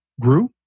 grew